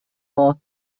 law